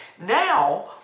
Now